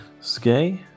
Skay